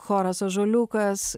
choras ąžuoliukas